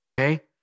Okay